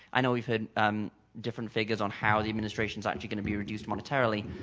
i know we've had different figures on how the administrations are actually going to be reduced monetarily.